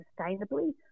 sustainably